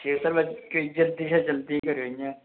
ठीक सर जल्दी कश जल्दी करेओ 'इयां